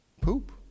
poop